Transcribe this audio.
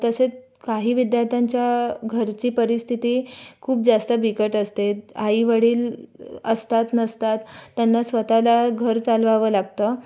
तसेच काही विद्यार्थ्यांच्या घरची परिस्थिती खूप जास्त बिकट असते आई वडील असतात नसतात त्यांना स्वतःला घर चालवावं लागतं